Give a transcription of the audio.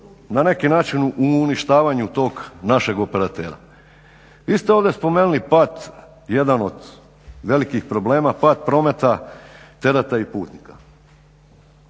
na neki način u uništavanju tog našeg operatera. Vi ste ovdje spomenuli pad jedan od velikih problema pad prometa tereta i putnika.